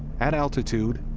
at altitude,